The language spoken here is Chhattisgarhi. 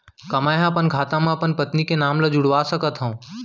का मैं ह अपन खाता म अपन पत्नी के नाम ला जुड़वा सकथव?